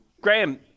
Graham